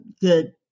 good